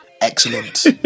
excellent